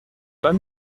pas